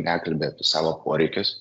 nekalbi apie savo poreikius